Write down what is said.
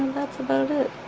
that's about it